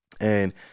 and-